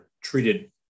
treated